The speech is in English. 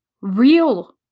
real